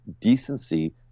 decency